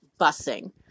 busing